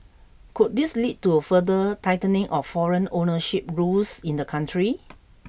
could this lead to further tightening of foreign ownership rules in the country